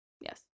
Yes